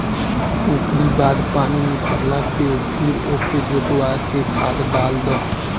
ओकरी बाद पानी निखरला पे फिर ओके जोतवा के खाद डाल दअ